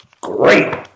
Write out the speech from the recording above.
great